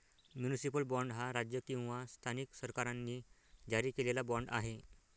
municipal bond हा राज्य किंवा स्थानिक सरकारांनी जारी केलेला बाँड आहे